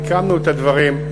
סיכמנו את הדברים,